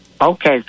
Okay